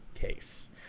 case